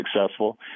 successful